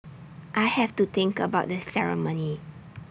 I have to think about the ceremony